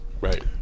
right